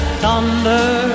thunder